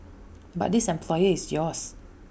but this employer is yours